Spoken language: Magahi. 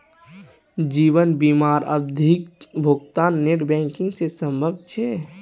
जीवन बीमार आवधिक भुग्तान नेट बैंकिंग से संभव छे?